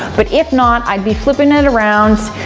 but if not, i'd be flipping it around,